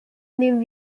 new